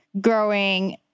growing